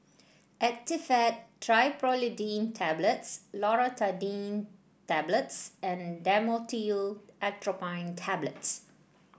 Actifed Triprolidine Tablets Loratadine Tablets and Dhamotil Atropine Tablets